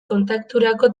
kontakturako